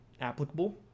applicable